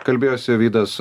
kalbėjosi vydas